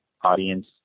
audience